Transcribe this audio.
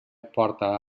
porta